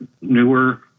newer